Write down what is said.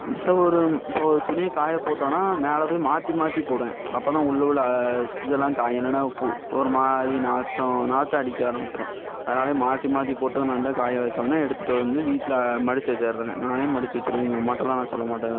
அடுத்து ஒரு இப்போது ஒரு துணியை காயப்போட்டோன்னால் மேலே போய் மாற்றி மாற்றி போடுவேன் அப்போ தான் உள்ளே உள்ளே இதெல்லாம் காயும் இல்லைன்னா பு ஒரு மாதிரி நாற்றம் நாற்றம் அடிக்க ஆரம்பிச்சுரும் அதனாலயே மாற்றி மாற்றி போட்டு அதை நல்லா காய வைச்சோன்னே எடுத்துகிட்டு வந்து வீட்டில் மடித்து வச்சுட்றேன் நானே மடித்து வச்சுடுவேன் எங்கள் அம்மாகிட்டல்லாம் நான் சொல்லமாட்டேன் எதுவும்